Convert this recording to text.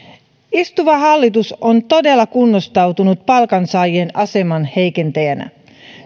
istuva hallitus on todella kunnostautunut palkansaajien aseman heikentäjänä